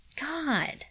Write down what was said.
God